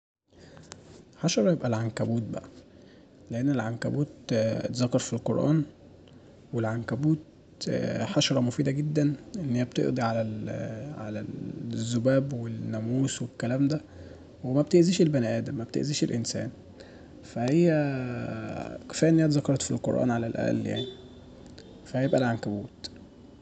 حشرة يبقى العنكبوت بقا لان العنكبوت انذكر في القران والعنكبوت حشرة مفيدة جدا ان هي بتقضي على الذباب والناموس والكلام دا ومبتؤذيش البني ادم مبتؤذيش الانسان فهي كفاية انها اتذكرت في القرأن على الأقل يعني فهيبقى العنكبوت